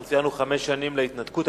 אנחנו ציינו חמש שנים להתנתקות,